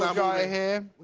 um guy here.